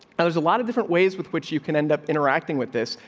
there's a lot of different ways with which you can end up interacting with this.